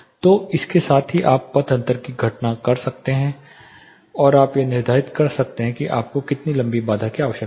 तो इसके साथ ही आप पथ अंतर की गणना कर सकते हैं और आप यह निर्धारित कर सकते हैं कि आपको कितनी लंबी बाधा की आवश्यकता है